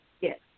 Yes